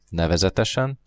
nevezetesen